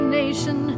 nation